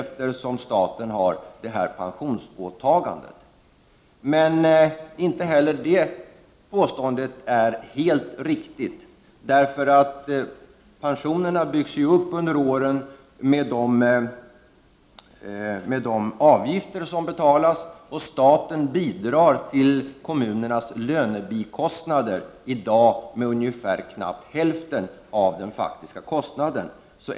Men inte heller påståendet att staten har detta pensionsåtagande är helt riktigt, eftersom pensionerna byggs upp under åren med de avgifter som betalas och staten bidrar till kommunernas lönebikostnader, idag med ungefär knappt hälften av den faktiska kostnaden.